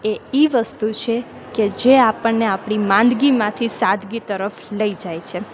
એ એ વસ્તુ છે કે જે આપણને આપણી માંદગીમાંથી સાદગી તરફ લઈ જાય છે